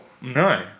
No